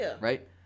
right